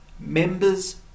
members